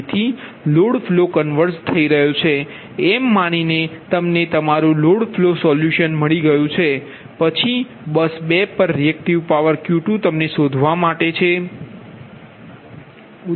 તેથી load flow converge થઈ ગયો છે એમ માનીને તમને તમારું લોડ ફ્લો સોલ્યુશન મળી ગયું છે પછી બસ 2 પર રિએકટિવ પાવર Q2 તમને શોધવા માટે છે